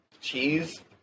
cheese